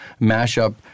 mashup